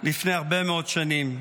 לפני הרבה מאוד שנים.